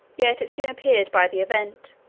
yet it soon appeared by the event,